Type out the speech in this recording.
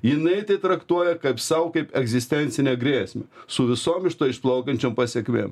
jinai tai traktuoja kaip sau kaip egzistencinę grėsmę su visom iš to išplaukiančiom pasekmėm